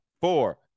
Four